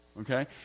Okay